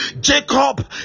Jacob